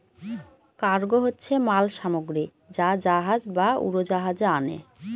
cargo হচ্ছে মাল সামগ্রী যা জাহাজ বা উড়োজাহাজে আনে